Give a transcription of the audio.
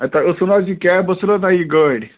ہے تۄہہِ ٲسٕو نہ حظ یہِ کیب ٲسٕو نہ حظ توہہِ یہِ گٲڑۍ